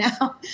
now